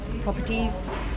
properties